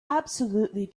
absolutely